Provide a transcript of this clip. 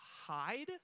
hide